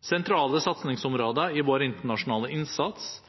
Sentrale satsingsområder i vår internasjonale innsats